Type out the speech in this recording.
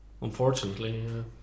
Unfortunately